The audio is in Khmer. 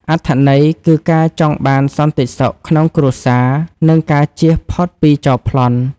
អត្ថន័យគឺការចង់បានសន្តិសុខក្នុងគ្រួសារ និងការជៀសផុតពីចោរប្លន់។